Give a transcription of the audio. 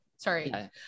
sorry